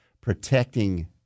protecting